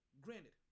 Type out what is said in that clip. granted